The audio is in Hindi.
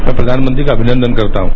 मैं प्रधानमंत्री का अभिनंदन करता हूं